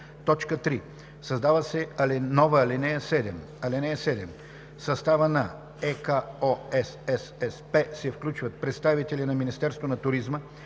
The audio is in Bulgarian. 3. Създава се нова ал. 7: „(7) В състава на ЕКОСССП се включват представители на Министерството на туризма,